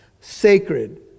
sacred